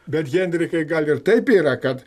bet henrikai gal ir taip yra kad